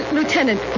Lieutenant